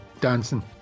dancing